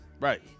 Right